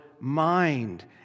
mind